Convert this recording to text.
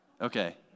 okay